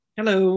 hello